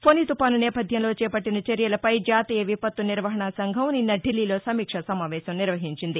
ఫొని తుఫాను నేపథ్యంలో చేపట్టిన చర్యలపై జాతీయ విపత్తు నిర్వహణ సంఘం నిన్న ఢిల్లీలో సమీక్షా సమావేశం నిర్వహించింది